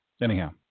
anyhow